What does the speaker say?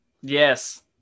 Yes